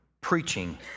preaching